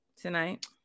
tonight